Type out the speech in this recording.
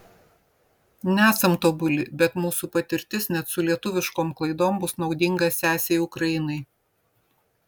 nesam tobuli bet mūsų patirtis net su lietuviškom klaidom bus naudinga sesei ukrainai